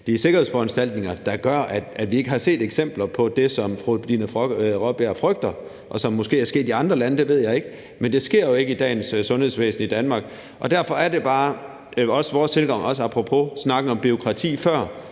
de sikkerhedsforanstaltninger, at vi ikke har set eksempler på det, som fru Dina Raabjerg frygter, og som måske er sket i andre lande; det ved jeg ikke. Men det sker jo ikke i dagens sundhedsvæsen i Danmark, og derfor er det bare vores tilgang, også apropos snakken om bureaukrati før,